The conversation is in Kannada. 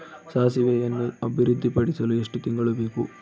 ಸಾಸಿವೆಯನ್ನು ಅಭಿವೃದ್ಧಿಪಡಿಸಲು ಎಷ್ಟು ತಿಂಗಳು ಬೇಕು?